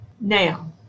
Now